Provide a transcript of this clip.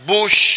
Bush